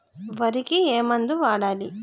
వరికి ఏ మందు వాడాలి?